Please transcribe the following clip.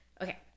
Okay